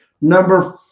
Number